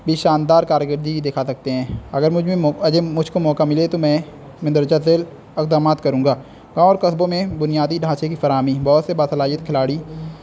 بھی شاندار کارگرردی دکھا سکتے ہیں اگر مجھ میں مو عجب مجھ کو موقع ملے تو میں میں درجہ ذیل اقدامات کروں گا گاؤں اور قصبوں میں بنیادی ڈھانچے کی فراہمی بہت سے باصلاحیت کھلاڑی